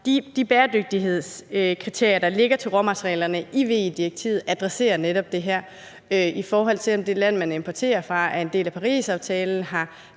De bæredygtighedskriterier for råmaterialerne, der ligger i VE-direktivet, adresserer netop det her med, om det land, man importerer fra, er en del af Parisaftalen,